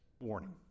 Warning